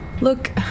Look